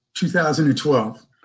2012